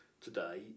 today